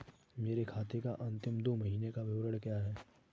मेरे खाते का अंतिम दो महीने का विवरण क्या है?